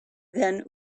than